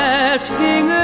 asking